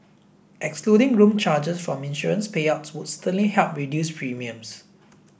excluding room charges from insurance payouts would certainly help reduce premiums